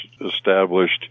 established